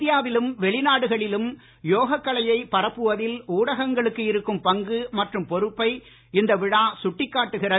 இந்தியாவிலும் வெளிநாடுகளிலும் யோக கலையை பரப்புவதில் ஊடகங்களுக்கு இருக்கும் பங்கு மற்றும் பொறுப்பை இந்த விழா சுட்டிக் காட்டுகிறது